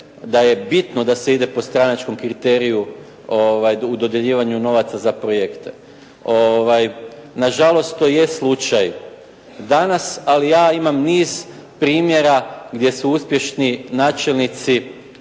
da je bitno da se ide po stranačkom kriteriju u dodjeljivanju novaca za projekte. Na žalost to jest slučaj, danas. Ali ja imam niz primjera gdje su uspješni načelnici